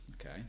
okay